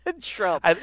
Trump